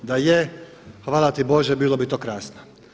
Da je, hvala ti Bože bilo bi to krasno.